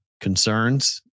concerns